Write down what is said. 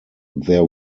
there